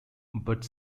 but